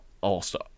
All-Star